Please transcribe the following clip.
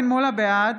בעד